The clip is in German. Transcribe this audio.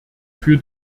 für